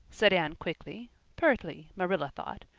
said anne quickly pertly, marilla thought.